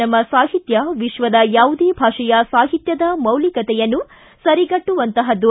ನಮ್ಮ ಸಾಹಿತ್ವ ವಿಶ್ವದ ಯಾವುದೇ ಭಾಷೆಯ ಸಾಹಿತ್ವದ ಮೌಲಿಕತೆಯನ್ನು ಸರಿಗಟ್ಟುವಂತಹದ್ದು